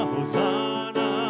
Hosanna